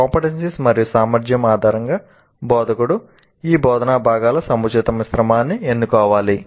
CO మరియు సామర్థ్యం ఆధారంగా బోధకుడు ఈ బోధనా భాగాల సముచిత మిశ్రమాన్ని ఎన్నుకోవాలి